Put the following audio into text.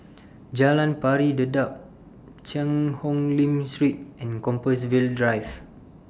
Jalan Pari Dedap Cheang Hong Lim Street and Compassvale Drive